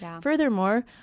Furthermore